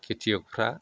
खेथिय'कफ्रा